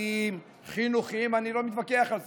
כלכליים, חינוכיים, אני לא מתווכח עם זה.